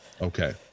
Okay